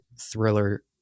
thriller